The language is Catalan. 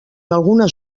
algunes